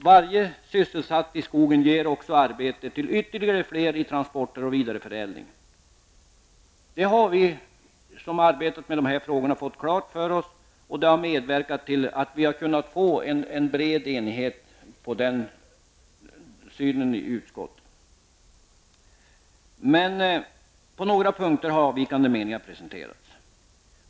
Varje sysselsatt i skogen ger arbete till ytterligare fler i transporter och vidareförädling. Det har vi som arbetat med de här frågorna fått klart för oss, och det har medverkat till en bred enighet i utskottet. Men på några punkter har avvikande meningar presenterats.